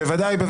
בוודאי.